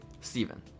Steven